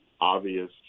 obvious